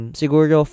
siguro